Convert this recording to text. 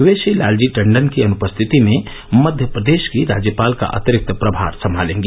वे श्री लालजी टंडन की अनुपस्थिति में मध्य प्रदेश की राज्यपाल का अतिरिक्त प्रभार संभालेंगी